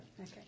Okay